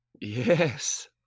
Yes